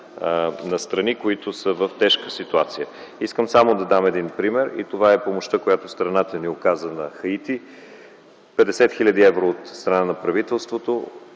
на страни, които са в тежка ситуация. Ще дам един пример. Това е помощта, която страната ни оказа на Хаити – 50 хил. евро от страна на правителството,